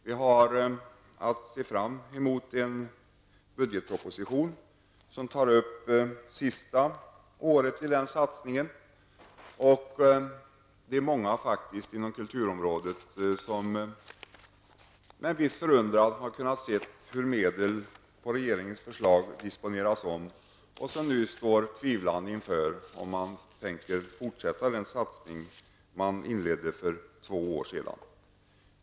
Vi har att se fram emot en budgetproposition där sista året i den satsningen tas upp. Det är många som inom kulturområdet med viss förundran har kunnat se hur medel disponeras om på regeringens förslag och som nu står tvivlande inför om regeringen tänker fortsätta den satsning den inledde för två år sedan.